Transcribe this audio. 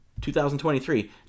2023